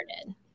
started